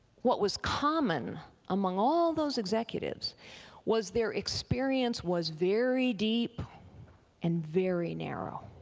what was common among all those executives was their experience was very deep and very narrow.